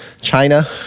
china